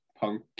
punk